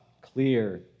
clear